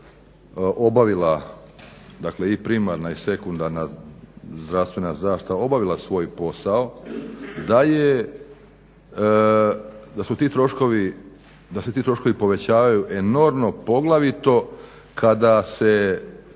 obavila, dakle i primarna i sekundarna, zdravstvena zaštita obavila svoj posao, da je, da su ti troškovi povećavaju enormno, poglavito kada se